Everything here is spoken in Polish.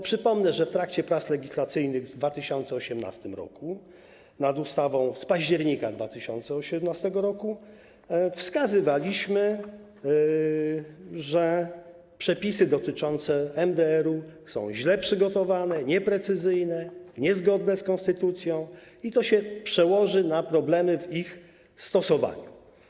Przypomnę, że w trakcie prac legislacyjnych w 2018 r. nad ustawą z października 2018 r. wskazywaliśmy, że przepisy dotyczące MDR-u są źle przygotowane, nieprecyzyjne, niezgodne z konstytucją i to się przełoży na problemy w ich stosowaniu.